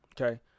okay